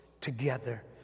together